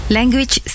Language